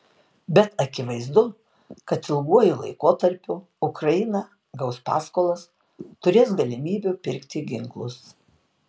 bet akivaizdu kad ilguoju laikotarpiu ukraina gaus paskolas turės galimybių pirkti ginklus